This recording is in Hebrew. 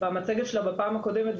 במצגת שלה בפעם הקודמת,